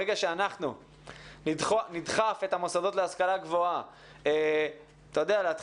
ברגע שאנחנו נדחף את המוסדות להשכלה גבוהה להתחיל